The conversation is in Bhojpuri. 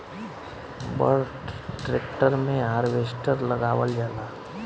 बड़ ट्रेक्टर मे हार्वेस्टर लगावल जाला